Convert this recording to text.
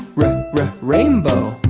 re-re rainbow